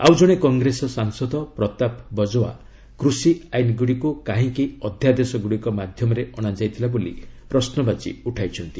ଆଉଜଣେ କଂଗ୍ରେସ ସାଂସଦ ପ୍ରତାପ ବକଓ୍ୱା କୃଷି ଆଇନ୍ଗୁଡ଼ିକୁ କାହିଁକି ଅଧ୍ୟାଦେଶ ଗୁଡ଼ିକ ମାଧ୍ୟମରେ ଅଣାଯାଇଥିଲା ବୋଲି ପ୍ରଶ୍ୱବାଚୀ ଉଠାଇଛନ୍ତି